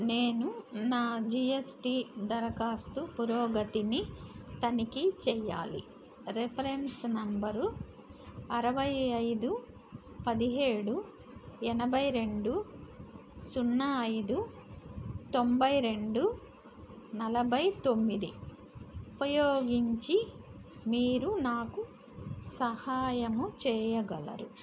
నేను నా జీఎస్టీ దరఖాస్తు పురోగతిని తనిఖీ చేయాలి రిఫరెన్స్ నెంబరు అరవై ఐదు పదిహేడు ఎనభై రెండు సున్నా ఐదు తొంభై రెండు నలభై తొమ్మిది ఉపయోగించి మీరు నాకు సహాయము చేయగలరు